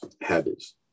habits